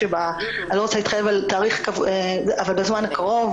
אני לא רוצה להתחייב על תאריך אבל בזמן הקרוב,